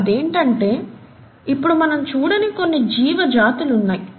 అదేంటంటే ఇప్పుడు మనం చూడని కొన్ని జీవ జాతులు ఉన్నాయి